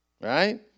Right